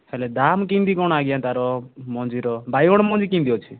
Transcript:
ହେଲେ ଦାମ୍ କେମିତି କ'ଣ ଆଜ୍ଞା ତା'ର ମଞ୍ଜିର ବାଇଗଣ ମଞ୍ଜି କେମିତି ଅଛି